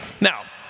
Now